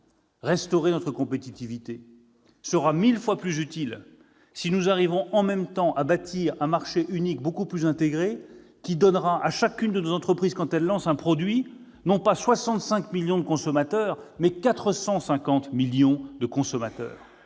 Restaurer notre compétitivité sera mille fois plus utile si nous parvenons en même temps à bâtir un marché unique beaucoup plus intégré qui offrira à chacune de nos entreprises, quand elle lancera un produit, non pas 65 millions de consommateurs, mais 450 millions. La profondeur